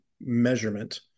measurement